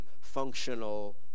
functional